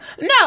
no